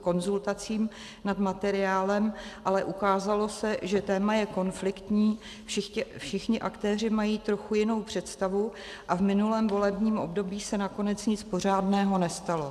konzultacím nad materiálem, ale ukázalo se, že téma je konfliktní, všichni aktéři mají trochu jinou představu, a v minulém volebním období se nakonec nic pořádného nestalo.